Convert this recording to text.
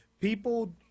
People